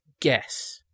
guess